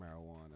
marijuana